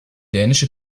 dänische